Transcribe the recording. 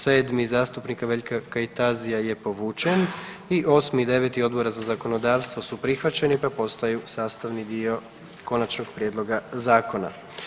7. zastupnika Veljka Kajtazija je povučen i 8. i 9. Odbora za zakonodavstvo su prihvaćeni pa postaju sastavni dio konačnog prijedloga zakona.